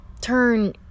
turn